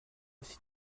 aussi